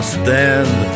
stand